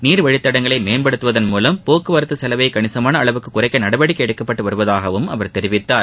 நீர் வழித்தடங்களை மேம்படுத்துவதன் மூலம் போக்குவரத்து செலவை கணிசமான அளவுக்கு குறைக்க நடவடிக்கை எடுக்கப்பட்டு வருவதாகவும் அவர் தெரிவித்தார்